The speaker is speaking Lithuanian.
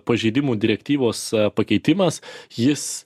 pažeidimų direktyvos pakeitimas jis